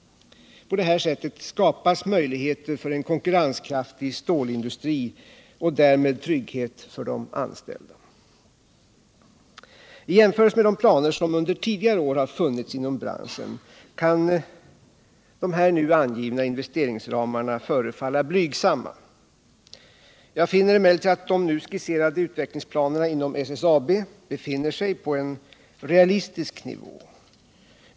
På det sättet skapas möjligheter för en konkurrenskraftig stålindustri och därmed trygghet för de anställda. I jämförelse med de planer som under tidigare år har funnits inom branschen kan de nu angivna investeringsramarna förefalla blygsamma. Jag finner emellertid att de skisserade utvecklingsplanerna inom SSAB befinner sig på en realistisk nivå.